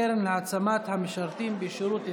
הקרן להעצמת המשרתים בשירות צבאי),